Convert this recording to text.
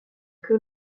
que